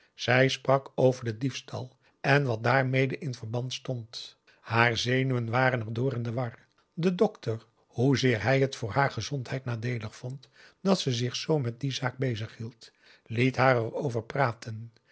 zij sprak over den diefstal en wat daarmede in verband stond haar zenuwen waren er door in de war de dokter hoezeer hij het voor haar gezondheid nadeelig vond dat ze zich zoo met die zaak bezig hield liet haar er over praten